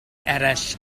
eraill